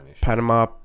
Panama